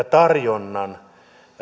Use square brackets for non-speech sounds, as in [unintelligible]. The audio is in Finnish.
[unintelligible] tarjonnan